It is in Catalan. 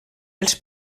els